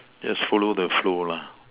just follow the flow lah